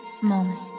moment